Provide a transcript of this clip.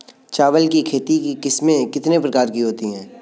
चावल की खेती की किस्में कितने प्रकार की होती हैं?